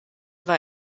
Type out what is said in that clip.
war